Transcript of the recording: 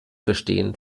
verstehen